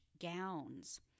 gowns